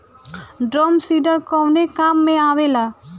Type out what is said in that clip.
Drum seeder कवने काम में आवेला?